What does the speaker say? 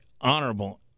Honorable